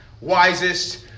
wisest